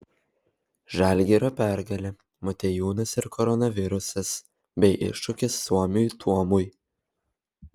žalgirio pergalė motiejūnas ir koronavirusas bei iššūkis suomiui tuomui